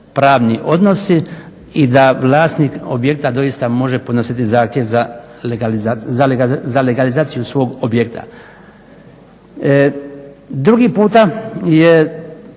odnosi i da vlasnik objekta doista može podnositi zahtjev za legalizaciju svog objekta. Drugi puta je